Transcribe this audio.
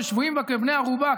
ששבויים בה כבני ערובה,